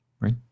right